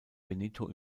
benito